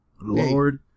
Lord